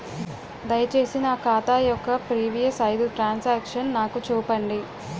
దయచేసి నా ఖాతా యొక్క ప్రీవియస్ ఐదు ట్రాన్ సాంక్షన్ నాకు చూపండి